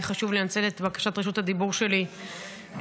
חשוב לנצל את בקשת רשות הדיבור שלי להודות